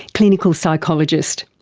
clinical psychologist.